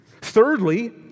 Thirdly